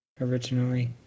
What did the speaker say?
originally